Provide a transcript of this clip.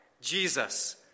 Jesus